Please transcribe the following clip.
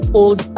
old